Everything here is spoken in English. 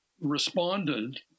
responded